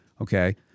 okay